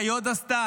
מה היא עוד עשתה?